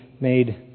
made